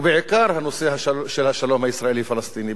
בעיקר נושא השלום הישראלי-פלסטיני.